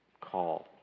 call